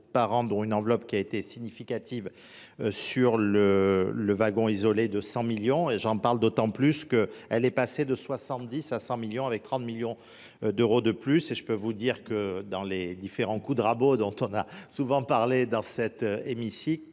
par an dont une enveloppe qui a été significative sur le wagon isolé de 100 millions et j'en parle d'autant plus qu'elle est passée de 70 à 100 millions avec 30 millions d'euros de plus et je peux vous dire que dans les différents coups de rabot dont on a souvent parlé dans cette hémicycle